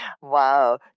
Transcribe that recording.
Wow